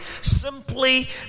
simply